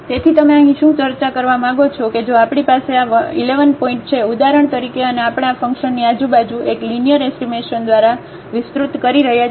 તેથી તમે અહીં શું ચર્ચા કરવા માંગો છો કે જો આપણી પાસે આ 1 1 પોઇન્ટ છે ઉદાહરણ તરીકે અને આપણે આ ફંકશનની આજુબાજુ એક લીનીઅર એસ્ટીમેશન દ્વારા વિસ્તૃત કરી રહ્યા છીએ